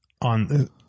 on